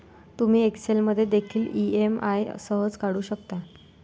तुम्ही एक्सेल मध्ये देखील ई.एम.आई सहज काढू शकता